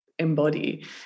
embody